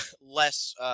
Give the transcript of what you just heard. less